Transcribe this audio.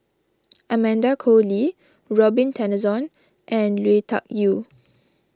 Amanda Koe Lee Robin Tessensohn and Lui Tuck Yew